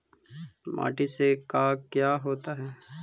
माटी से का क्या होता है?